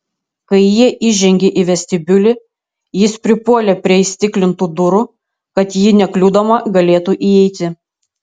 kai jie įžengė į vestibiulį jis pripuolė prie įstiklintų durų kad ji nekliudoma galėtų įeiti